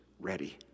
ready